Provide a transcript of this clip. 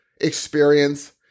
experience